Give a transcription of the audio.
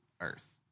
earth